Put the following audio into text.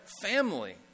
family